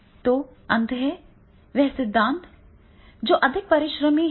तो अंततः वह सिद्धांत जो अधिक परिश्रमी है